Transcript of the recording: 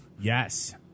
Yes